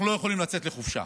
אנחנו לא יכולים לצאת לחופשה,